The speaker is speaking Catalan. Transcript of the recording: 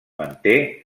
manté